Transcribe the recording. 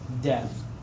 death